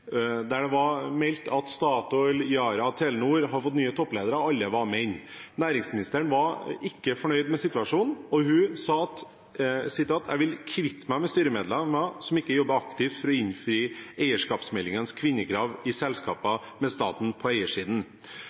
der det var meldt at Statoil, Yara og Telenor hadde fått nye toppledere, og alle var menn. Næringsministeren var ikke fornøyd med situasjonen, og hun sa: Jeg vil kvitte meg med styremedlemmer som ikke jobber aktivt for å innfri eierskapsmeldingens kvinnekrav i selskaper med staten på eiersiden.